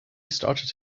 started